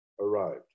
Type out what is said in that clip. arrived